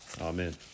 Amen